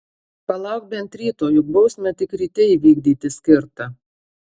palauk bent ryto juk bausmę tik ryte įvykdyti skirta